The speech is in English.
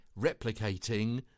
replicating